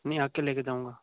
नी आकर लेकर जाऊँगा